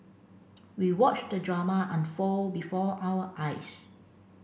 we watched the drama unfold before our eyes